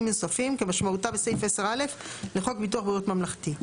נוספים כמשמעותה בסעיף 10(א) לחוק ביטוח בריאות ממלכתי,